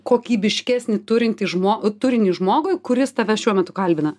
kokybiškesnį turintį žmogų turinį žmogui kuris tave šiuo metu kalbina